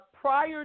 prior